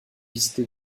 visité